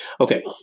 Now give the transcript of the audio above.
Okay